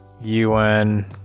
UN